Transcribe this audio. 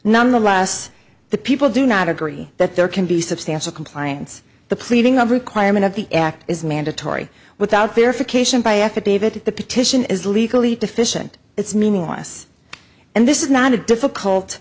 nonetheless the people do not agree that there can be substantial compliance the pleading a requirement of the act is mandatory without therefore cation by affidavit the petition is legally deficient it's meaningless and this is not a difficult